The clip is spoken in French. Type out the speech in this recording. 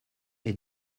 est